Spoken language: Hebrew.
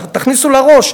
תכניסו לראש,